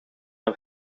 een